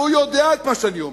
והוא יודע את מה שאני אומר,